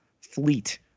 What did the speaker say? fleet